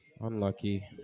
Unlucky